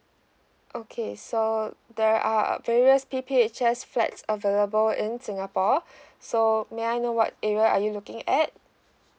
okay so there are various P_P_H_S flats available in singapore so may I know what area are you looking at